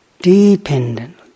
dependent